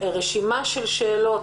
רשימה של שאלות